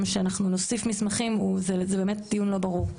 שאנחנו נוסיף מסמכים זה באמת דיון לא ברור.